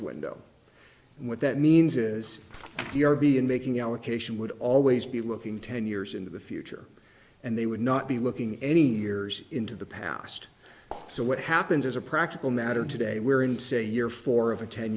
window and what that means is be in making allocation would always be looking ten years into the future and they would not be looking any years into the past so what happens as a practical matter today we're in say year four of a ten